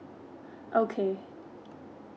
okay